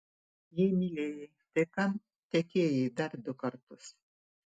jei mylėjai tai kam tekėjai dar du kartus